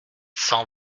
cent